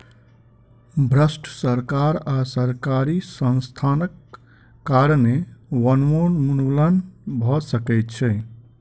भ्रष्ट सरकार आ सरकारी संस्थानक कारणें वनोन्मूलन भ सकै छै